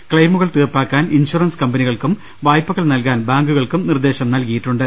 ക്ലെയിമുകൾ തീർപ്പാക്കാൻ ഇൻഷൂറൻസ് കമ്പനികൾക്കും വായ്പകൾ നൽകാൻ ബാങ്കുകൾക്കും നിർദേശം നൽകിയിട്ടുണ്ട്